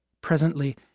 Presently